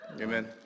Amen